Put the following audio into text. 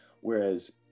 whereas